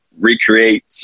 recreate